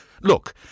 Look